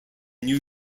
new